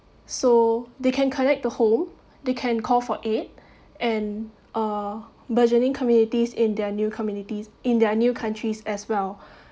so they can connect to home they can call for aid and uh burgeoning communities in their new communities in their new countries as well